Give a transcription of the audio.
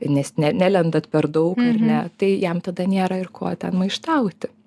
nes ne nelendat per daug ar ne tai jam tada nėra ir ko ten maištauti